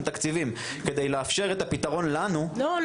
תקציבים כדי לאפשר את הפתרון לנו --- לא,